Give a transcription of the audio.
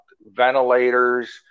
ventilators